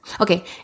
Okay